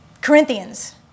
Corinthians